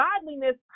godliness